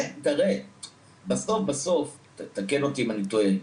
תקן אותי אם אני טועה,